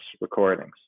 recordings